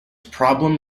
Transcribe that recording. problem